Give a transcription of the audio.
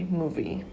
movie